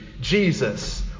Jesus